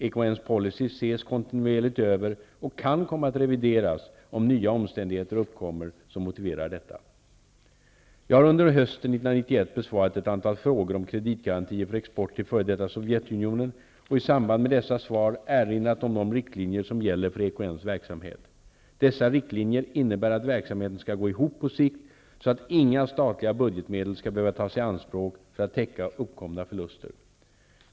EKN:s policy ses kontinuerligt över och kan komma att revideras om nya omständigheter uppkommer som motiverar detta. Jag har under hösten 1991 besvarat ett antal frågor om kreditgarantier för export till f.d. Sovjetunionen och i samband med dessa svar erinrat om de riktlinjer som gäller för EKN:s verksamhet. Dessa riktlinjer innebär att verksamheten skall gå ihop på sikt så att inga statliga budgetmedel skall behöva tas i anspråk för att täcka uppkomna förluster.